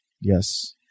Yes